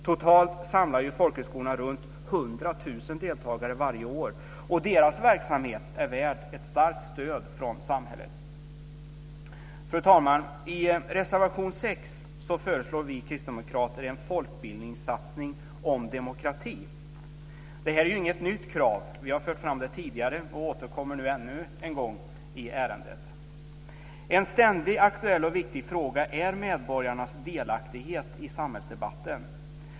Totalt samlar ju folkhögskolorna runt 100 000 deltagare varje år, och deras verksamhet är värd ett starkt stöd från samhället. Fru talman! I reservation 6 föreslår vi kristdemokrater en folkbildningssatsning på demokrati. Det här är inget nytt krav. Vi har fört fram det tidigare och återkommer nu ännu en gång i ärendet. En ständigt aktuell och viktig fråga är medborgarnas delaktighet i samhällsdebatten.